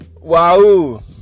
wow